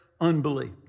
unbelief